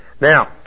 Now